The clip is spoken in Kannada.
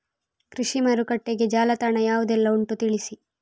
ಕೃಷಿ ಮಾರುಕಟ್ಟೆಗೆ ಜಾಲತಾಣ ಯಾವುದೆಲ್ಲ ಉಂಟು ತಿಳಿಸಿ